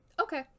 okay